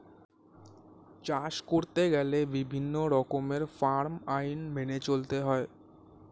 চাষ করতে গেলে বিভিন্ন রকমের ফার্ম আইন মেনে চলতে হয়